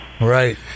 Right